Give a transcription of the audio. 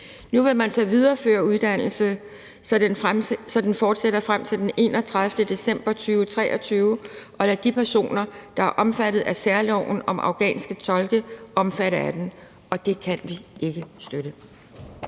Nu vil man så videreføre uddannelsen, så den fortsætter frem til den 31. december 2023, og lade de personer, der er omfattet af særloven om afghanske tolke, omfatte af den, og det kan vi ikke støtte.